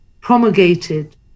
promulgated